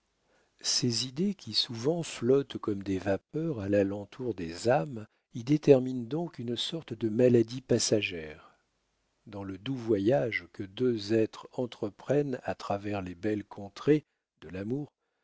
ces idées qui souvent flottent comme des vapeurs à l'alentour des âmes y déterminent donc une sorte de maladie passagère dans le doux voyage que deux êtres entreprennent à travers les belles contrées de l'amour